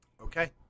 okay